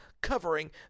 covering